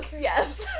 Yes